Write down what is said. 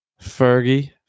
Fergie